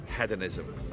hedonism